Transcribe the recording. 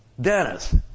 Dennis